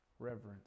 reverence